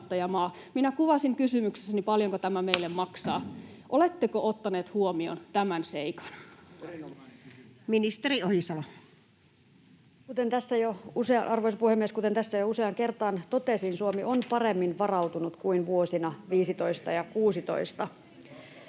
Kuvasin kysymyksessäni, paljonko tämä meille maksaa. Oletteko ottaneet huomioon tämän seikan? Ministeri Ohisalo. Arvoisa puhemies! Kuten tässä jo useaan kertaan totesin, Suomi on paremmin varautunut kuin vuosina 15 ja 16.